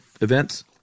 events